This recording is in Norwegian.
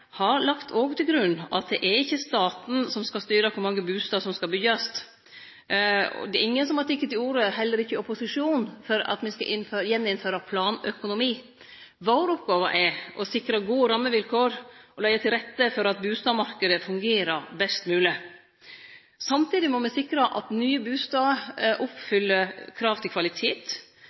har lagt til grunn at det ikkje er staten som skal styre kor mange bustader som skal byggjast. Det er ingen – heller ikkje opposisjonen – som har teke til orde for at me skal gjeninnføre planøkonomi. Vår oppgåve er å sikre gode rammevilkår og å leggje til rette for at bustadmarknaden fungerer best mogleg. Samtidig må me sikre at nye bustader oppfyller krava til kvalitet,